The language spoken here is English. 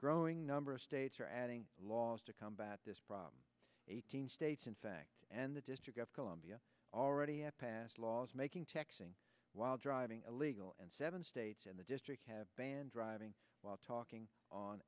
growing number of states are adding laws to combat this problem eighteen states in fact and the district of columbia already have passed laws making texting while driving illegal and seven states in the district have banned driving while talking on